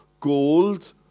gold